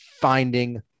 finding